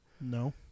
No